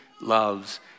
loves